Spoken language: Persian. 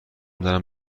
دارم